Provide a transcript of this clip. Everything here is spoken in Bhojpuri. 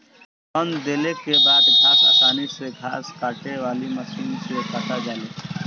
रौंद देले के बाद घास आसानी से घास काटे वाली मशीन से काटा जाले